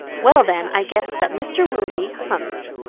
well then i guess that mr. willoughby hunts.